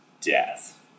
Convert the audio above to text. death